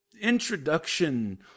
introduction